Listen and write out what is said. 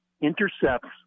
intercepts